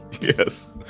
Yes